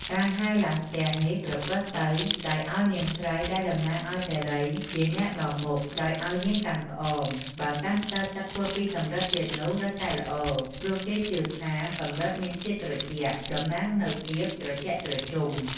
ការហែរឡើងផ្ទះនេះប្រព្រឹត្តទៅដោយឲ្យនាងស្រីដែលតំណាងឲ្យសិរីជាអ្នកនាំមុខ ដោយឲ្យនាងកាន់ក្អម តែបើកាន់ផ្តិលទឹកធ្វើពីសិរិទ្ធទៀតនោះរឹតតែល្អ ព្រោះគេជឿថាសំរិទ្ធមានធាតុត្រជាក់ តំណាងនូវភាពត្រជាក់ត្រជុំ ។